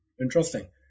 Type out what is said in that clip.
Interesting